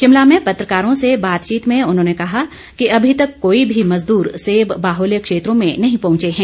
शिमला में पत्रकारों से बातचीत में उन्होंने कहा कि अभी तक कोई भी मज़दूर सेब बाहुल्य क्षेत्रों में नहीं पहुंचे हैं